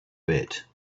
bit